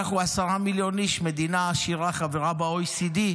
אנחנו 10 מיליון איש, מדינה עשירה, חברה ב-OECD,